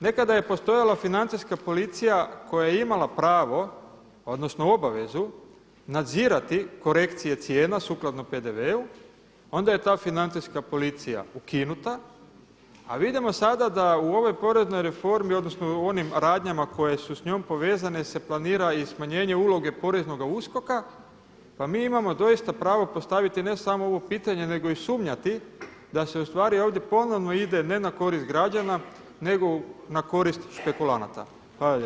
Nekada je postojala financijska policija koja je imala pravo odnosno obavezu nadzirati korekcije cijena sukladno PDV-u, onda je ta financijska policija ukinuta, a vidimo sada da u ovoj poreznoj reformi odnosno u onim radnjama koje su s njom povezane se planira i smanjenje uloge poreznoga USKOK-a pa mi imamo doista pravo postaviti ne samo ovo pitanje nego i sumnjati da se ustvari ovdje ponovno ide ne na korist građana nego na korist špekulanata.